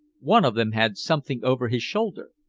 one of them had something over his shoulder?